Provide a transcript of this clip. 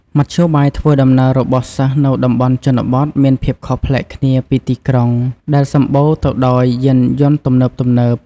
មធ្យោបាយធ្វើដំណើររបស់សិស្សនៅតំបន់ជនបទមានភាពខុសប្លែកគ្នាពីទីក្រុង ដែលសម្បូរទៅដោយយានយន្តទំនើបៗ។